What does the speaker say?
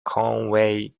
conway